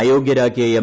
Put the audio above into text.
അയോഗ്യരാക്കിയ M